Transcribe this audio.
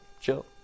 chill